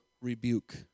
rebuke